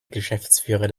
geschäftsführer